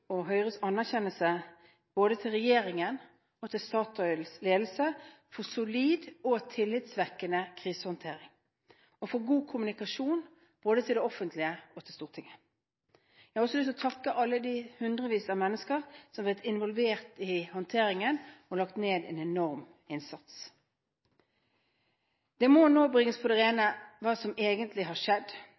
og Høyres anerkjennelse både til regjeringen og til Statoils ledelse for solid og tillitvekkende krisehåndtering og for god kommunikasjon både til det offentlige og til Stortinget. Jeg har også lyst til å takke alle de hundrevis av mennesker som har vært involvert i håndteringen og lagt ned en enorm innsats. Det må nå bringes på det rene hva som egentlig har skjedd.